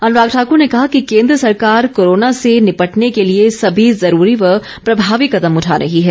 अनुराग ठाकुर ने कहा कि केन्द्र सरकार कोरोना से निपटने के लिए सभी जरूरी व प्रेभावी कदम उठा रही है